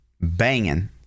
banging